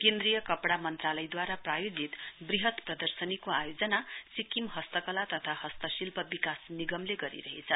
केन्द्रीय कपड़ा मन्त्रालयदूवारा प्रायोजित वृहत प्रदर्शनीको आयोजिना सिक्किम हस्तकला तथा हस्तशिल्प विकास निगमले गरिरहेछ